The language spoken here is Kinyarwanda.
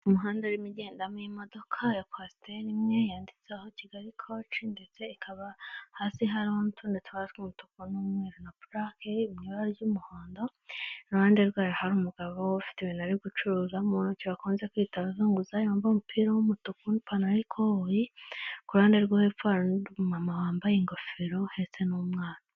Umuhanda ugendamo imodoka ya kwasiteri imwe yanditseho Kigali koci ndetse ikaba hasi hariho n'utundi tubara tw'umutuku n'umweru na purake mu ibara ry'umuhondo, iruhande rwayo hari umugabo ufite ibintu ari gucuruza mu ntoki bakunze kwita abazunguzayi wambaye umupira w'umutuku n'ipantaro y'ikoboyi, kuruhande rwa hepfo hari undi mu mama wambaye ingofero uhetse n'umwana.